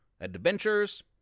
adventures